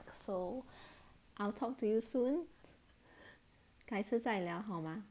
so I'll talk to you soon 改次再聊好吗